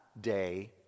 day